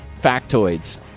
factoids